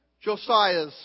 Josiah's